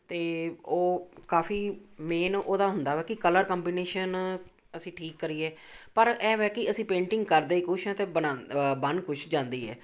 ਅਤੇ ਉਹ ਕਾਫੀ ਮੇਨ ਉਹਦਾ ਹੁੰਦਾ ਵਾ ਕਿ ਕਲਰ ਕੰਬੀਨੇਸ਼ਨ ਅਸੀਂ ਠੀਕ ਕਰੀਏ ਪਰ ਇਹ ਹੈ ਕਿ ਅਸੀਂ ਪੇਂਟਿੰਗ ਕਰਦੇ ਕੁਛ ਆ ਅਤੇ ਬਣਾ ਬਣ ਕੁਛ ਜਾਂਦੀ ਹੈ